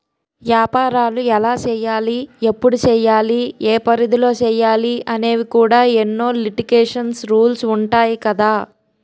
ఏపారాలు ఎలా సెయ్యాలి? ఎప్పుడు సెయ్యాలి? ఏ పరిధిలో సెయ్యాలి అనేవి కూడా ఎన్నో లిటికేషన్స్, రూల్సు ఉంటాయి కదా